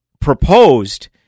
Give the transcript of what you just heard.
proposed